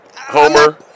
Homer